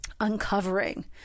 uncovering